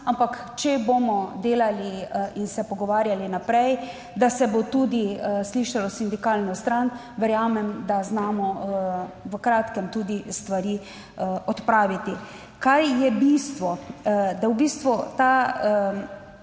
ampak če bomo delali in se pogovarjali naprej, da se bo tudi slišalo sindikalno stran, verjamem, da znamo v kratkem tudi stvari odpraviti. Kaj je bistvo? Da v bistvu ta